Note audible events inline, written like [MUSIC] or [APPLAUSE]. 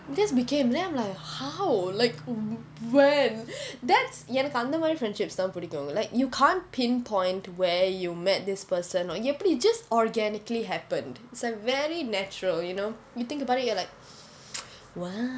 we just became then I'm like how like when that's எனக்கு அந்த மாதிரி:enakku antha maathiri friendships தான் பிடிக்கும்:thaan pidikkum like you can't pinpoint where you met this person or எப்படி:eppadi just organically happened it's like very natural you know you think about it you're like [NOISE] !wow!